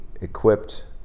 equipped